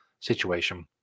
situation